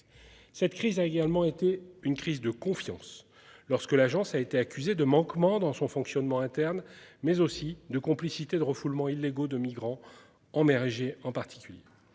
Cette crise a également été une crise de confiance lorsque l'agence a été accusé de manquement dans son fonctionnement interne mais aussi de complicité de refoulements illégaux de migrants en mer Égée en particulier